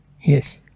Yes